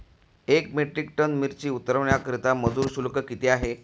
एक metric ton मिरची उतरवण्याकरता मजुर शुल्क किती आहे?